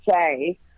say